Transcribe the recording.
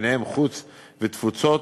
ובהם משרד החוץ ומשרד התפוצות,